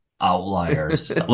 outliers